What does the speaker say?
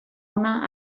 ona